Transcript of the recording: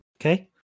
Okay